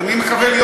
ואני מקווה להיות,